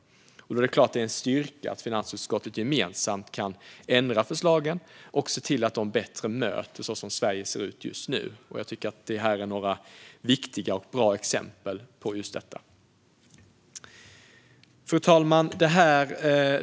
Det är klart att det är en styrka att finansutskottet gemensamt kan ändra förslagen och se till att de bättre möter det Sverige vi ser nu. Det här är några viktiga och bra exempel på detta. Fru talman!